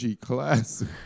classic